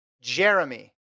Jeremy